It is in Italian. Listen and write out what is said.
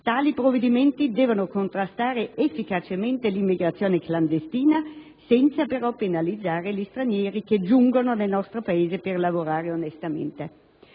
tali provvedimenti devono contrastare efficacemente l'immigrazione clandestina, senza però penalizzare gli stranieri che giungono nel nostro Paese per lavorare onestamente.